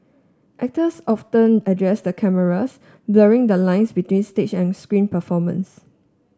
actors often addressed the cameras blurring the lines between stage and screen performances